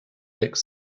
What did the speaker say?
like